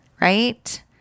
right